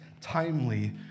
timely